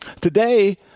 Today